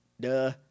Duh